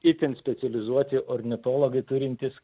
itin specializuoti ornitologai turintys